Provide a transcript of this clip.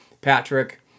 Patrick